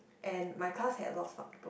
and my class had lots of book